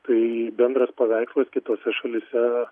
tai bendras paveikslas kitose šalyse